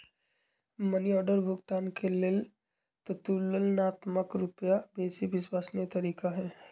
money order भुगतान के लेल ततुलनात्मक रूपसे बेशी विश्वसनीय तरीका हइ